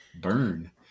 burn